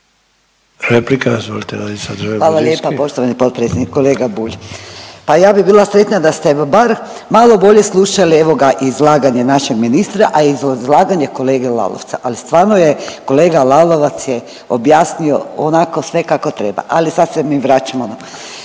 Hvala lijepa poštovani potpredsjedniče. Kolega Bulj, pa ja bih bila sretna da ste bar malo bolje slušali evo ga izlaganje našeg ministra, a izlaganje kolege Lalovca. Ali stvarno je kolega Lalovac je objasnio onako sve kako treba, ali sad se mi vraćamo.